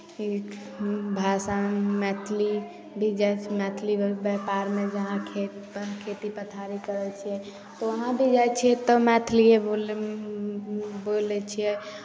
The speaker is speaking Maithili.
ठीक हमर भाषामे मैथिली बिक जाइ छै मैथिलीमे व्यापारमे जहाँ खेतपर खेती पथारी करै छियै तऽ वहाँ भी जाइ छियै तऽ मैथिलीए ही बोल बोलै छियै